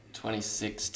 2016